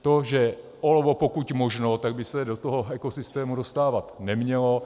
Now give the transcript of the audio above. To, že olovo, pokud možno, by se do toho ekosystému dostávat nemělo.